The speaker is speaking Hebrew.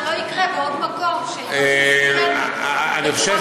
כדי שלא יקרה בעוד מקום --- אני חושב